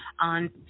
on